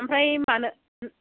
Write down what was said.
ओमफ्राय मानो